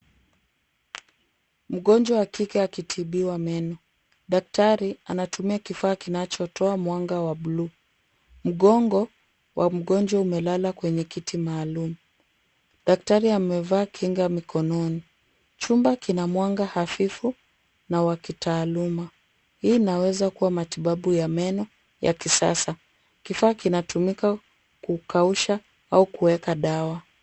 Mgonjwa wa kike akitibiwa meno. Daktari anatumia kifaa kinachotoa mwanga wa buluu. Mgongo wa mgonjwa umelala kwenye kiti maalum. Daktari amevaa kinga mikononi. Chumba kina mwanga hafifu na wakitaaluma, hii inaweza kuwa matibabu ya meno ya kisasa. Kifaa kinatumika kukausha au kuweka dawa.